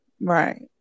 right